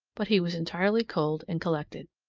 but he was entirely cold and collected.